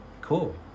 Cool